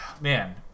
man